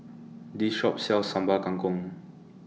This Shop sells Sambal Kangkong